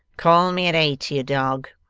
call me at eight, you dog